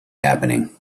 happening